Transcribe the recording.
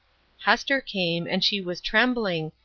hester came, and she was trembling,